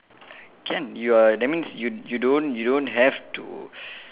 can you are that means you you don't you don't have to